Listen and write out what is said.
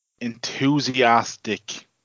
enthusiastic